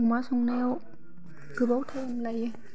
अमा संनायााव गोबाव टाइम लायो